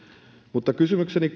mutta kysymykseni